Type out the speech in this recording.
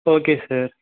okay sir